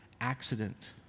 accident